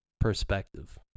perspective